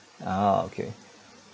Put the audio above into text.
ah okay